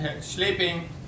sleeping